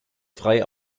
frei